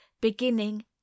beginning